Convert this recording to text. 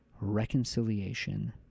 reconciliation